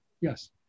Yes